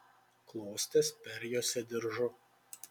klostes perjuosė diržu